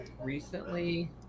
recently